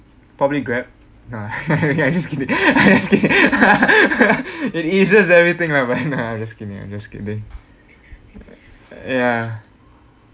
probably Grab I'm just kidding I'm just kidding it eases everything right lah but nah just kidding I'm just kidding yeah